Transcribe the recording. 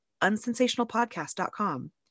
unsensationalpodcast.com